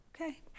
Okay